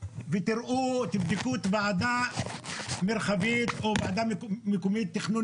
ותראו תבדקו את הוועדה המרחבית או הוועדה המקומית לתכנון